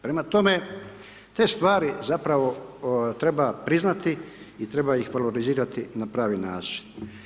Prema tome, te stvari zapravo treba priznati i treba ih valorizirati na pravi način.